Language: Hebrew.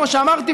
כמו שאמרתי,